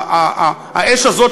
האש הזאת,